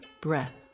breath